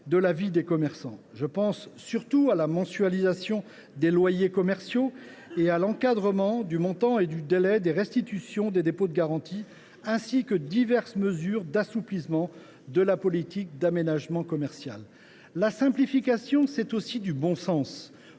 de la vie des commerçants. Je pense surtout à la mensualisation des loyers commerciaux et à l’encadrement du montant et du délai de restitution des dépôts de garantie, ainsi qu’à diverses mesures d’assouplissement de la politique d’aménagement commercial. La simplification, c’est aussi du bon sens